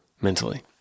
mentally